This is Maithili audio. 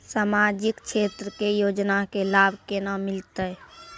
समाजिक क्षेत्र के योजना के लाभ केना मिलतै?